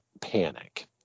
panic